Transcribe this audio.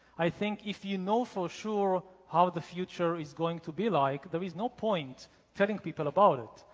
i think if you know for sure how the future is going to be like, there is no point telling people about it.